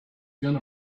gonna